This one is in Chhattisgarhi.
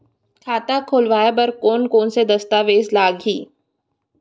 खाता खोलवाय बर कोन कोन से दस्तावेज लागही?